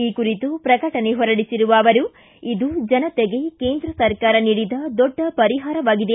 ಈ ಕುರಿತು ಪ್ರಕಟಣೆ ಹೊರಡಿಸಿರುವ ಅವರು ಇದು ಜನತೆಗೆ ಕೇಂದ್ರ ಸರ್ಕಾರ ನೀಡಿದ ದೊಡ್ಡ ಪರಿಹಾರವಾಗಿದೆ